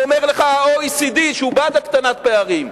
את זה אומר לך ה-OECD, שהוא בעד הקטנת פערים.